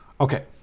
Okay